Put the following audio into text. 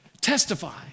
testify